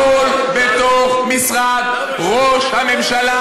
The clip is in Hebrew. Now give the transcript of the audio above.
הכול בתוך משרד ראש הממשלה,